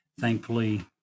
thankfully